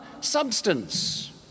substance